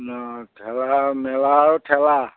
অঁ ঠেলা মেলা আৰু ঠেলা